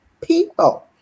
people